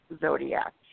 Zodiac